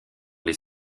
les